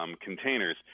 containers